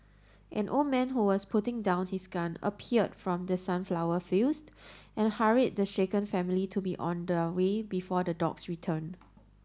an old man who was putting down his gun appeared from the sunflower fields and hurried the shaken family to be on their way before the dogs return